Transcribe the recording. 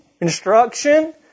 instruction